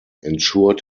ensured